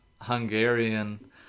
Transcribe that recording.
Hungarian